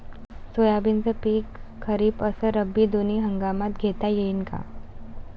सोयाबीनचं पिक खरीप अस रब्बी दोनी हंगामात घेता येईन का?